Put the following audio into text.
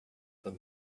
them